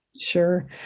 sure